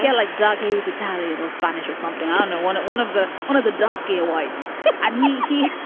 yeah like ducky. he was italian or spanish or something. ah no one at one of the one of the dusky nowit's and he he